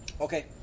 Okay